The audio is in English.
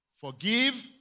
forgive